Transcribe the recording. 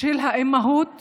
של האימהוּת